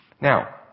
Now